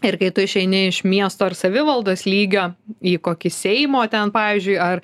ir kai tu išeini iš miesto ar savivaldos lygio į kokį seimo ten pavyzdžiui ar